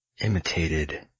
imitated